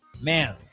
Man